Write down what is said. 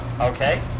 Okay